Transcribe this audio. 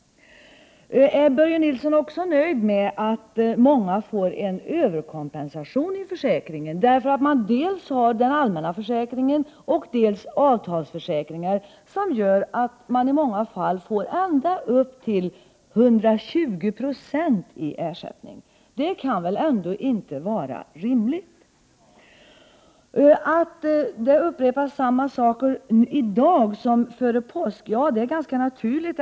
Är Börje Nilsson också nöjd med att många får en överkompensation från försäkringen, eftersom man dels har den allmänna försäkringen, dels avtalsförsäkringar som gör att man i många fall får ända upp till 120 96 i ersättning. Det kan väl ändå inte vara rimligt? Att samma saker upprepas i dag som före påsk är ganska naturligt.